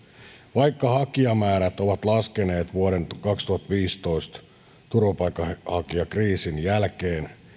vaikka hakijamäärät ovat laskeneet vuoden kaksituhattaviisitoista turvapaikanhakijakriisin jälkeen